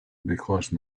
because